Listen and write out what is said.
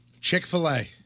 Chick-fil-A